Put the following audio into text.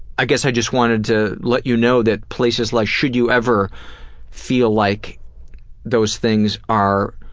i guess i just wanted to let you know that places like should you ever feel like those things are.